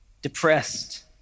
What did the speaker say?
Depressed